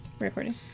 recording